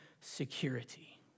security